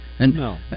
No